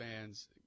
fans